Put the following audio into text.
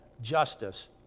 justice